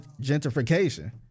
gentrification